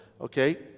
Okay